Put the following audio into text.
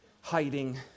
hiding